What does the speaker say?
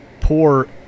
poor